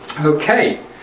Okay